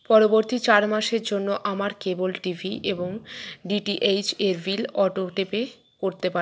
পরবর্তী চার মাসের জন্য আমার কেবল টিভি এবং ডিটিএইচ এভিল অটোপে করতে পারো